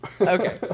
Okay